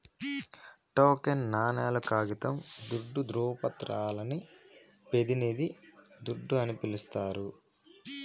token నాణేలు, కాగితం దుడ్డు, దృవపత్రాలని పెతినిది దుడ్డు అని పిలిస్తారు